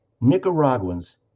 Nicaraguans